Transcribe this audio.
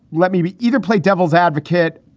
let me me either play devil's advocate,